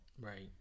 Right